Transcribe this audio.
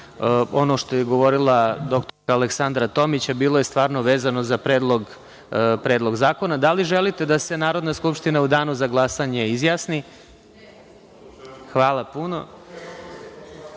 ono što je govorila dr Aleksandra Tomić, a bilo je stvarno vezano za Predlog zakona. Da li želite da se Narodna skupština u Danu za glasanje izjasni?(Maja